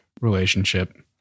relationship